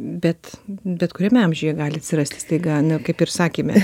bet bet kuriame amžiuje gali atsirasti staiga ne kaip ir sakėme